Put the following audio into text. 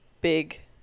big